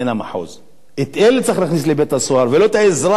את אלה צריך להכניס לבית-הסוהר,